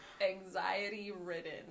anxiety-ridden